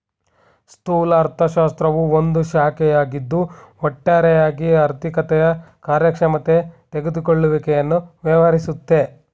ಸ್ಥೂಲ ಅರ್ಥಶಾಸ್ತ್ರವು ಒಂದು ಶಾಖೆಯಾಗಿದ್ದು ಒಟ್ಟಾರೆಯಾಗಿ ಆರ್ಥಿಕತೆಯ ಕಾರ್ಯಕ್ಷಮತೆ ತೆಗೆದುಕೊಳ್ಳುವಿಕೆಯನ್ನು ವ್ಯವಹರಿಸುತ್ತೆ